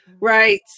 Right